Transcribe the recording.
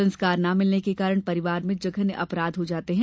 संस्कार ना मिलने के कारण परिवार में जघन्नय अपराध हो जाते है